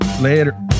later